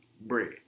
bread